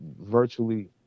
virtually